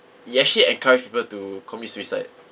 it actually encourage people to commit suicide